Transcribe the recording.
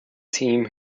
team